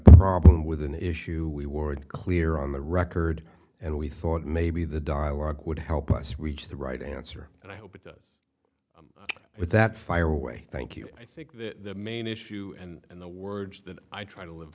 problem with an issue we weren't clear on the record and we thought maybe the dialogue would help us reach the right answer and i hope it does with that fire way thank you i think the main issue and the words that i try to live